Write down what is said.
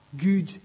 good